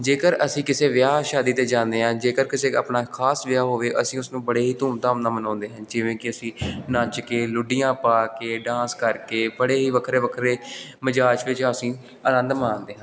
ਜੇਕਰ ਅਸੀਂ ਕਿਸੇ ਵਿਆਹ ਸ਼ਾਦੀ 'ਤੇ ਜਾਂਦੇ ਆਂ ਜੇਕਰ ਕਿਸੇ ਆਪਣਾ ਖਾਸ ਵਿਆਹ ਹੋਵੇ ਅਸੀਂ ਉਸਨੂੰ ਬੜੇ ਹੀ ਧੂਮ ਧਾਮ ਨਾਲ ਮਨਾਉਂਦੇ ਹਾਂ ਜਿਵੇਂ ਕਿ ਅਸੀਂ ਨੱਚ ਕੇ ਲੁੱਡੀਆਂ ਪਾ ਕੇ ਡਾਂਸ ਕਰ ਕੇ ਬੜੇ ਹੀ ਵੱਖਰੇ ਵੱਖਰੇ ਮਿਜਾਜ ਵਿੱਚ ਅਸੀਂ ਆਨੰਦ ਮਾਣਦੇ ਹਾਂ